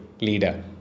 leader